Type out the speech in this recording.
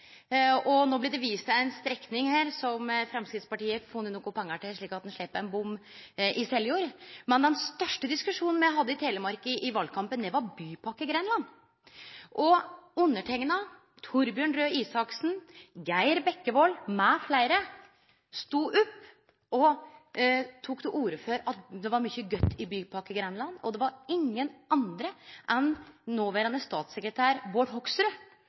blir det vist til ei strekning som Framstegspartiet har funne nokre pengar til, slik at ein slepp bom i Seljord. Men den største diskusjonen me hadde i Telemark i valkampen, var om Bypakke Grenland. Underskrivne, Torbjørn Røe Isaksen, Geir Bekkevold med fleire stod opp og tok til orde for at det var mykje godt i Bypakke Grenland, og det var ingen andre enn noverande statssekretær Bård Hoksrud